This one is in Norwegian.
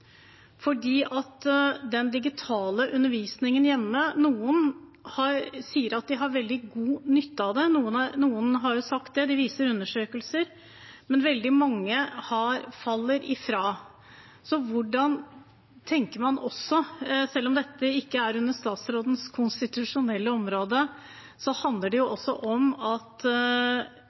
den digitale undervisningen hjemme, sier noen at de har veldig god nytte av den – noen har jo sagt det; det viser undersøkelser – men veldig mange faller ifra. Selv om dette ikke er under statsrådens konstitusjonelle område, handler det jo om at